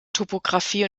topographie